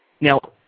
now